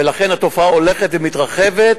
ולכן התופעה הולכת ומתרחבת,